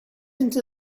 into